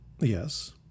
Yes